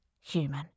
human